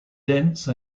dense